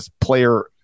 player –